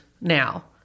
now